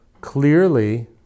clearly